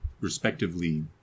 respectively